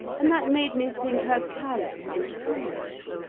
and that made me think her callous and foolish.